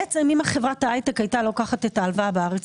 בעצם אם חברת ההייטק הייתה לוקחת את ההלוואה בארץ,